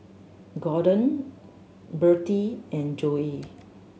Gorden Birtie and Joey